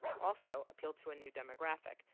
also, appeal to a new demographic,